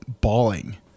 bawling